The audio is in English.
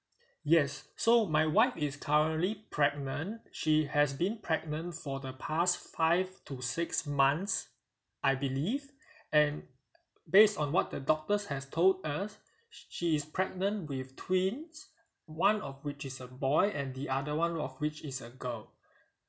yes so my wife is currently pregnant she has been pregnant for the past five to six months I believe and base on what the doctors has told us she is pregnant with twins one of which is a boy and the other one of which is a girl